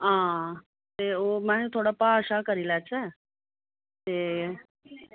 हां ते ओह् महां थोह्ड़ा भाऽ शाऽ करी लैचे ते